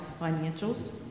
financials